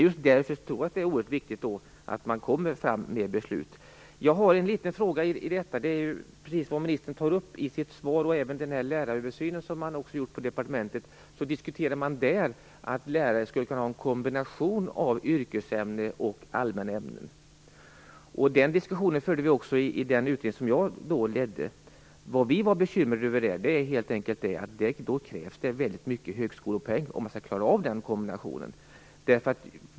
Just därför tror jag att det är oerhört viktigt att beslut kan fattas på det här området. Ministern tog i sitt svar upp en sak som också berörts av den läraröversyn som gjorts på departementet, nämligen att lärare skulle kunna ha en kombination av yrkesämnen och allmänna ämnen. Den diskussionen förde vi också i den utredning som jag ledde. Vad vi var bekymrade över var att det krävs väldigt mycket högskolepoäng om man skall klara av den kombinationen.